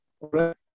Right